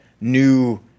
new